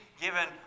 given